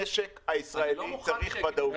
המשק הישראלי צריך ודאות.